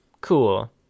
cool